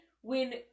when-